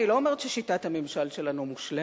אני לא אומרת ששיטת הממשל שלנו מושלמת.